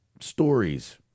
stories